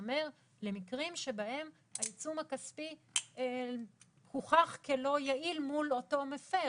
יישמר למקרים שבהם העיצום הכספי הוכח כלא יעיל מול אותו מפר.